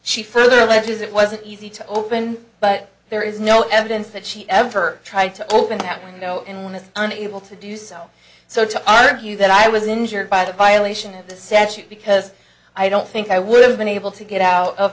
she further alleges it wasn't easy to open but there is no evidence that she ever tried to open that window in with unable to do so so to argue that i was injured by the violation of the session because i don't think i would have been able to get out of